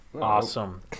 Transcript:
Awesome